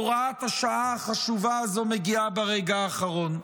הוראת השעה החשובה הזאת מגיעה ברגע האחרון.